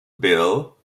bill